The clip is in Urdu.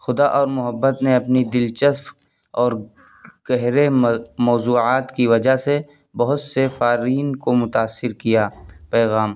خدا اور محبت نے اپنی دلچسپ اور گہرے موضوعات کی وجہ سے بہت سے قارئین کو متاثر کیا پیغام